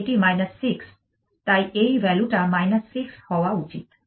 তাই এটি 6 তাই এই ভ্যালু টা 6 হওয়া উচিত